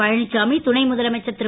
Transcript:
பழ சாமி துணை முதலமைச்சர் ரு